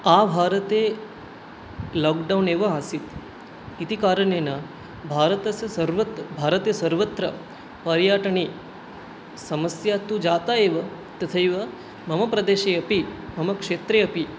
आ भारते लोक्डौन् एव आसीत् इति कारणेन भारतस्य सर्वत् भारते सर्वत्र पर्याटने समस्या तु जाता एव तथैव मम प्रदेशे अपि मम क्षेत्रे अपि